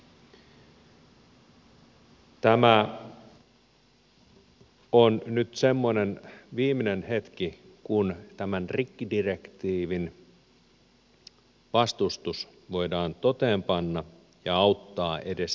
tämä on nyt semmoinen viimeinen hetki kun tämän rikkidirektiivin vastustus voidaan toteenpanna ja auttaa edes hetkellisesti